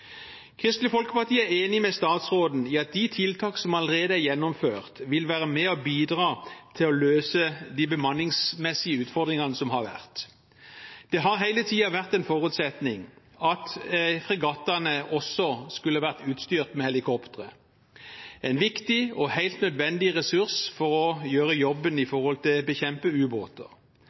Kristelig Folkeparti er enig med statsråden i at de tiltakene som allerede er gjennomført, vil være med og bidra til å løse de bemanningsmessige utfordringene som har vært. Det har hele tiden vært en forutsetning at fregattene også skulle ha vært utstyrt med helikoptre – en viktig og helt nødvendig ressurs for å gjøre jobben med tanke på å bekjempe ubåter.